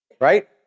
right